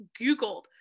googled